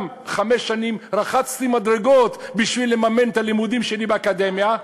גם חמש שנים רחצתי מדרגות בשביל לממן את הלימודים שלי באקדמיה,